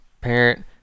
parent